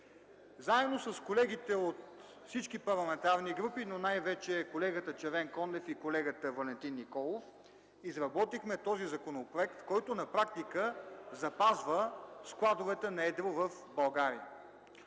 Заедно с колегите от всички парламентарни групи, но най-вече с колегата Червенкондев и колегата Валентин Николов изработихме този законопроект, който на практика запазва складовете на едро в България.